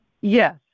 Yes